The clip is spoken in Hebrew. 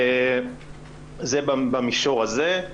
זה במישור הזה.